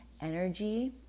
energy